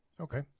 okay